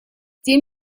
тем